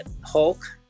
Hulk